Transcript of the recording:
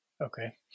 Okay